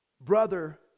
Brother